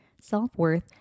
self-worth